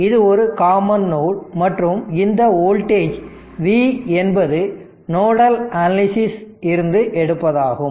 இது ஒரு common node மற்றும் இந்த வோல்டேஜ் V என்பது நோடல் அனாலிசிஸ் இருந்து எடுப்பதாகும்